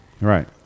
Right